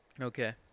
okay